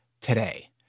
today